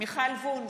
מיכל וונש,